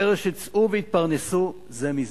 ערך של: צאו והתפרנסו זה מזה.